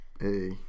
hey